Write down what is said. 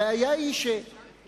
הבעיה היא שלפעמים,